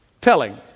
telling